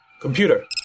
Computer